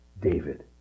David